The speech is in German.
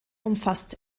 umfasst